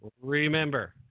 remember